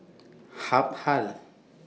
Habhal